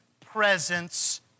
presence